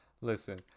Listen